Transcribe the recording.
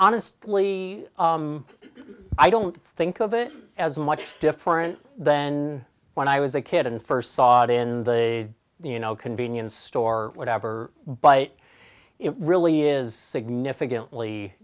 honestly i don't think of it as much different than when i was a kid and first saw it in the you know convenience store or whatever but it really is significantly